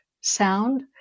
sound